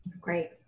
Great